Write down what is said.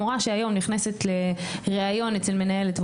מורה שנכנסת היום לראיון אצל מנהלת,